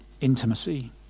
intimacy